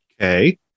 Okay